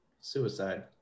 Suicide